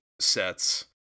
sets